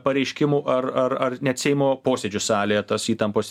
pareiškimų ar ar ar net seimo posėdžių salėje tas įtampos